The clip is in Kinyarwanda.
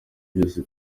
byose